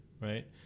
right